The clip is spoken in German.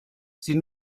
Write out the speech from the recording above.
sie